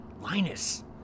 Linus